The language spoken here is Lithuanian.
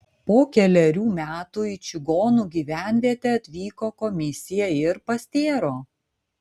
po kelerių metų į čigonų gyvenvietę atvyko komisija ir pastėro